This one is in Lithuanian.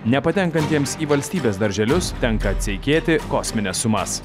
nepatenkantiems į valstybės darželius tenka atseikėti kosmines sumas